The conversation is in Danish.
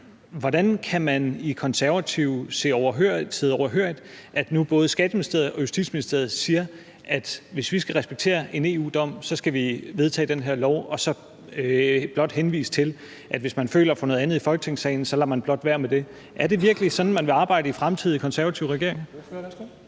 Hvordan kan man i Konservative sidde overhørigt, at både Skatteministeriet og Justitsministeriet siger, at hvis vi skal respektere en EU-dom, skal vi vedtage den her lov, og så blot henvise til, at hvis man føler for noget andet i Folketingssalen, lader man blot være med det? Er det virkelig sådan, man vil arbejde i fremtidige konservative regeringer?